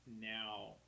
now